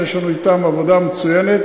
שיש לנו אתם עבודה מצוינת.